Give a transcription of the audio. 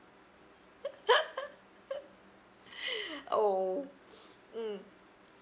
oh mm